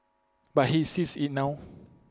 but he sees IT now